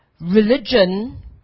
religion